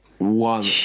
One